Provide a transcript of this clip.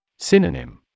Synonym